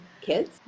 kids